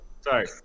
Sorry